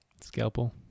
Scalpel